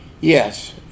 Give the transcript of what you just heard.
Yes